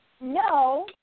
no